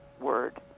word